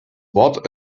wort